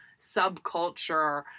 subculture